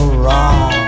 wrong